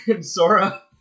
Sora